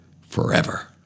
forever